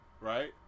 right